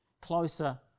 closer